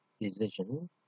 decision